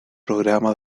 programa